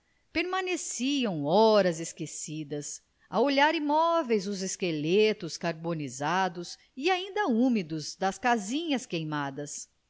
permaneciam horas esquecidas a olhar imóveis os esqueletos carbonizados e ainda úmidos das casinhas queimadas